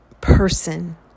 person